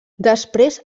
després